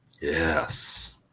Yes